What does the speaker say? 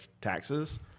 taxes